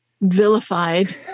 vilified